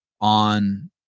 on